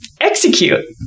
execute